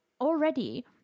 already